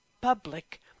public